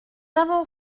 avons